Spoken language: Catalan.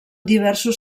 diversos